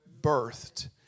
birthed